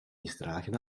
misdragen